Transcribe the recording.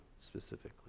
specifically